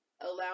allow